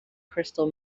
crystal